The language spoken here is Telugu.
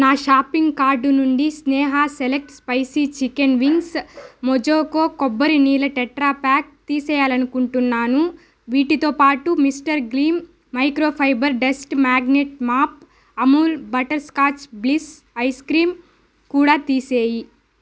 నా షాపింగ్ కార్టు నుండి Sneha select spicy chicken wings మొజోకో కొబ్బరి నీళ్ళ టెట్రాప్యాక్ తీసేయాలని అనుకుంటున్నాను వీటితోపాటు mister gleam microfibre dust magnet mop Amul butterscotch bliss ice cream కూడా తీసేయి